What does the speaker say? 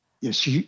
Yes